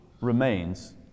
remains